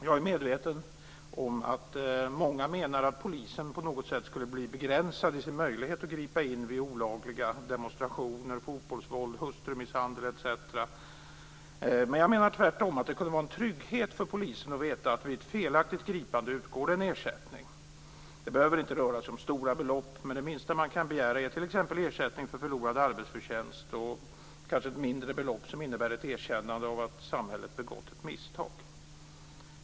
Jag är medveten om att många menar att polisen på något sätt skulle bli begränsad i sin möjlighet att gripa in vid olagliga demonstrationer, fotbollsvåld, hustrumisshandel etc. Men jag menar att det tvärtom kunde vara en trygghet för polisen att veta att det utgår en ersättning vid ett felaktigt gripande. Det behöver inte röra sig om stora belopp, men det minsta man kan begära är t.ex. ersättning för förlorad arbetsförtjänst och kanske ett mindre belopp som innebär ett erkännande av att samhället begått ett misstag.